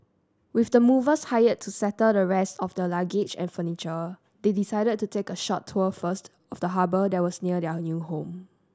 with the movers hired to settle the rest of their luggage and furniture they decided to take a short tour first of the harbour that was near their new home